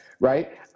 right